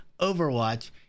Overwatch